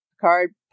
Card